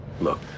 Look